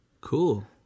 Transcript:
Cool